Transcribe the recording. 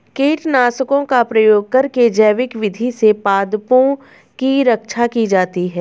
कीटनाशकों का प्रयोग करके जैविक विधि से पादपों की रक्षा की जाती है